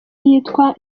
yitwa